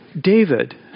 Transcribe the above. David